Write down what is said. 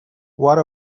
what